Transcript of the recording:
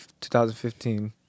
2015